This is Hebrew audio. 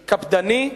קפדני,